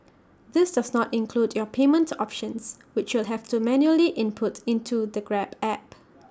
this does not include your payment options which you'll have to manually input into the grab app